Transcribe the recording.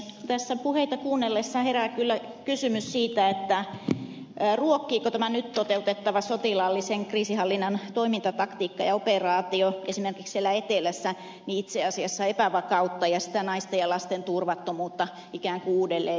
tässä puheita kuunnellessa herää kyllä kysymys siitä ruokkiiko tämä nyt toteutettava sotilaallisen kriisinhallinnan toimintataktiikka ja operaatio esimerkiksi siellä etelässä epävakautta ja sitä naisten ja lasten turvattomuutta ikään kuin uudelleen ja enemmän